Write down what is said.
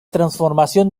transformación